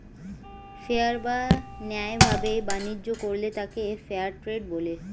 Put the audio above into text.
fair বা ন্যায় ভাবে বাণিজ্য করলে তাকে ফেয়ার ট্রেড বলে